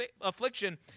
affliction